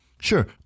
Sure